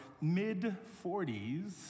mid-40s